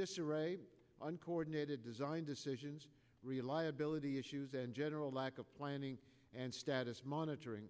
disarray uncoordinated design decisions reliability issues and general lack of planning and status monitoring